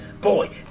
boy